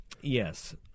Yes